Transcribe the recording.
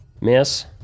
Miss